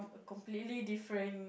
completely different